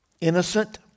innocent